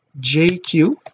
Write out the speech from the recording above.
jq